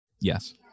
Yes